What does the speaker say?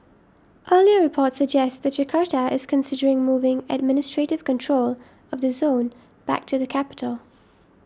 earlier reports suggest Jakarta is considering moving administrative control of the zone back to the capital